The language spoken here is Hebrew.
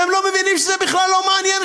והם לא מבינים שזה בכלל לא מעניין,